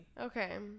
Okay